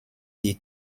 die